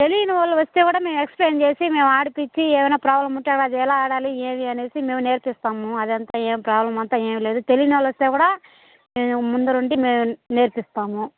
తెలియని వాళ్ళు వస్తే కూడా మేము ఎక్స్ప్లెయిన్ చేసి మేము ఆడిపించి ఏమైనా ప్రాబ్లం ఉంటే అది ఎలా ఆడాలి ఏది అనేసి మేము నేర్పిస్తాము అదంతా ఏం ప్రాబ్లం అంతా ఏం లేదు తెలియని వాళ్ళు వస్తే కూడా మేము ముందర ఉండి నే నేర్పిస్తాము